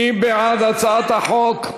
מי בעד הצעת החוק?